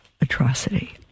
atrocity